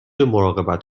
مراقبت